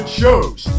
shows